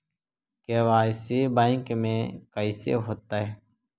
KYC bank में कैसे होतै?